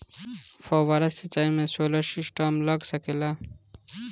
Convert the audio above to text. फौबारा सिचाई मै सोलर सिस्टम लाग सकेला?